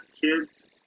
kids